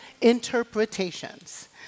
interpretations